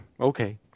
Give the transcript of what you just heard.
Okay